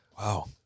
Wow